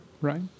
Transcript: Right